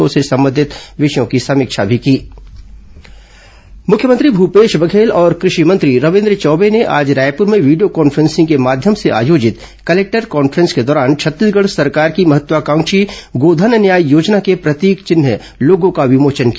गोधन न्याय योजना प्रतीक चिन्ह मुख्यमंत्री भूपेश बघेल और कृषि मंत्री रविन्द्र चौबे ने आज रायपुर में वीडियो कॉन्फ्रेंसिंग के माध्यम से आयोजित कलेक्टर कॉन्फ्रेंस के दौरान छत्तीसगढ़ सरकार की महत्वाकांक्षी गोधन न्याय योजना के प्रतीक चिन्ह लोगो का विमोचन किया